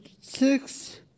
six